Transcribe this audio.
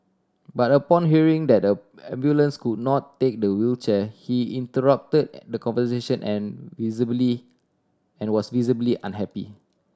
but upon hearing that a ambulance could not take the wheelchair he interrupted the conversation and visibly and was visibly unhappy